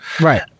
Right